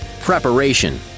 Preparation